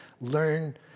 learn